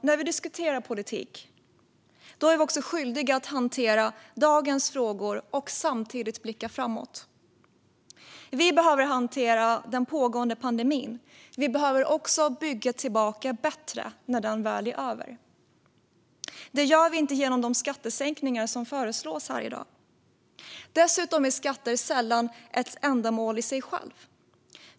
När vi diskuterar politik är vi skyldiga att hantera dagens frågor och samtidigt blicka framåt. Vi behöver hantera den pågående pandemin. Vi behöver också bygga tillbaka bättre när den väl är över. Det gör vi inte genom de skattesänkningar som föreslås här i dag. Dessutom är skatter sällan ett ändamål i sig själva.